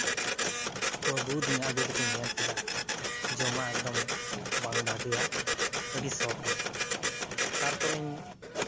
ᱠᱚ ᱟᱹᱜᱩᱣᱟᱫᱤᱧᱟ ᱟᱹᱜᱩ ᱠᱟᱛᱮᱧ ᱧᱮᱞ ᱠᱮᱫᱟ ᱡᱚᱢᱟᱜ ᱮᱠᱫᱚᱢ ᱵᱟᱝ ᱵᱷᱟᱜᱮᱭᱟ ᱟᱹᱰᱤ ᱥᱚ ᱠᱟᱱᱟ ᱛᱟᱨᱯᱚᱨᱮ ᱤᱧ